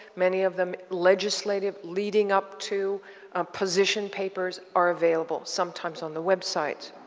many of them legislative leading up to position papers, are available, sometimes on the website.